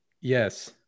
Yes